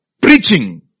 preaching